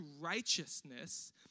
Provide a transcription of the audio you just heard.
righteousness